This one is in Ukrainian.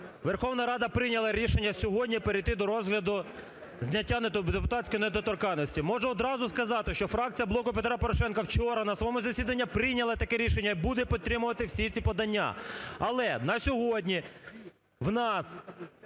Верховна Рада прийняла рішення сьогодні перейти до розгляду зняття депутатської недоторканності. Можу одразу сказати, що фракція "Блоку Петра Порошенка" вчора на своєму засіданні прийняла таке рішення і буде підтримувати всі ці подання. Але на сьогодні в нас…